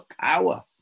power